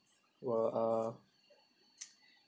were uh